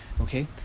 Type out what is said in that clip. Okay